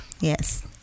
Yes